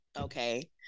okay